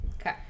Okay